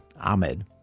Ahmed